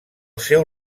seu